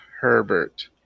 Herbert